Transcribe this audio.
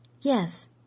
Yes